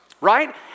right